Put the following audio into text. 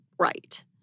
right